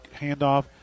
handoff